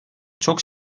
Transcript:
çok